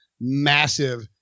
massive